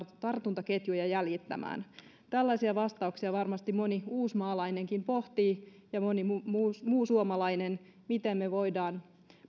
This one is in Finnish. tartuntaketjuja jäljittämään tällaisiin vastauksia varmasti moni uusmaalainenkin pohtii ja moni muu suomalainen miten me voimme